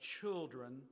children